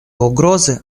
угрозы